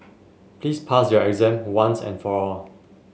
please pass your exam once and for all